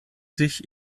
sich